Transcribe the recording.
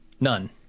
None